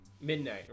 Midnight